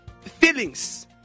feelings